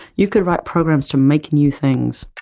you could write programs to make new things.